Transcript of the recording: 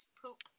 poop